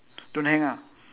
don't hang ah